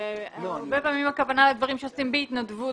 פעמים הכוונה לדברים שעושים בהתנדבות.